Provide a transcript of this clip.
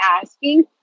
asking